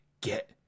Get